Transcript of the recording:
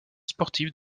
sportive